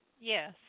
Yes